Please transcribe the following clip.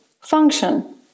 function